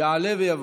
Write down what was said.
יעלה ויבוא.